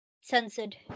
Censored